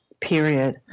period